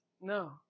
No